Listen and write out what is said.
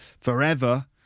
forever